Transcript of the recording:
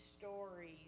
stories